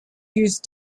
use